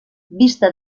vista